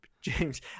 james